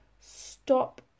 stop